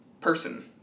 person